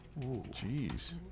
Jeez